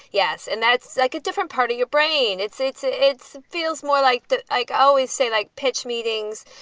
yes. and that's like a different part of your brain. it's it's ah it's. feels more like i always say, like pitch meetings.